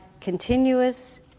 continuous